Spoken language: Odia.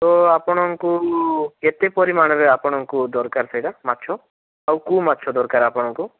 ତ ଆପଣଙ୍କୁ କେତେ ପରିମାଣରେ ଆପଣଙ୍କୁ ଦରକାର ସେଇଟା ମାଛ ଆଉ କୋଉ ମାଛ ଦରକାର ଆପଣଙ୍କୁ